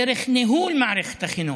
דרך ניהול מערכת החינוך,